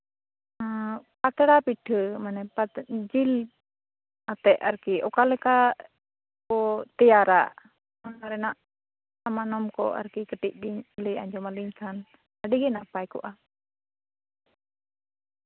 ᱩᱸᱻ ᱯᱟᱛᱲᱟ ᱯᱤᱴᱷᱟᱹ ᱯᱟᱛᱲᱟ ᱢᱟᱱᱮ ᱡᱤᱞ ᱟᱛᱮᱫ ᱟᱨᱠᱤ ᱚᱠᱟ ᱞᱮᱠᱟ ᱠᱚ ᱛᱮᱭᱟᱨᱟ ᱚᱱᱟ ᱨᱮᱭᱟᱜ ᱥᱟᱢᱟᱱᱚᱢ ᱠᱚ ᱠᱟᱹᱴᱤᱡ ᱵᱤᱱ ᱞᱟᱹᱭ ᱟᱸᱡᱚᱢ ᱟᱹᱞᱤᱧ ᱠᱷᱟᱱ ᱟᱹᱰᱤᱜᱮ ᱱᱟᱯᱟᱭ ᱠᱚᱜᱼᱟ